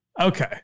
Okay